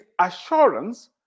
assurance